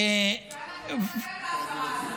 ואנחנו נטפל בהפרה הזאת.